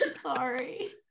Sorry